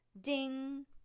Ding